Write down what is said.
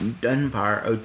Dunbar